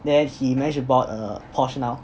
then he managed to bought a porsche now